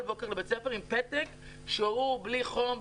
בוקר לבית ספר עם פתק שהוא בלי חום,